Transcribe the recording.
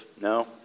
No